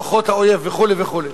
בכוחות האויב" וכו' וכו'